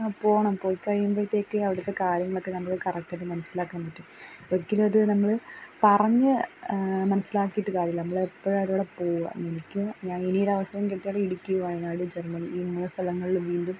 പോകണം പൊയ്ക്കഴിയുമ്പോഴത്തേക്ക് അവിടത്തെ കാര്യങ്ങളൊക്കെ നമുക്ക് കറക്റ്റായിട്ട് മനസിലാക്കാന് പറ്റും ഒരിക്കലുമത് നമ്മള് പറഞ്ഞ് മനസ്സിലാക്കിയിട്ട് കാര്യമില്ല നമ്മളെപ്പോഴായാലും അവടെപ്പോവുക എനിക്ക് ഞാനിനിയൊരവസരം കിട്ടുവാണെങ്കില് ഇടുക്കി വയനാട് ജെർമ്മനി ഈ മൂന്ന് സ്ഥലങ്ങളില് വീണ്ടും